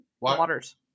Waters